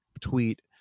tweet